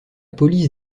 police